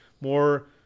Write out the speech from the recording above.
more